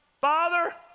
Father